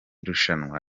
rushanwa